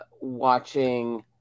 watching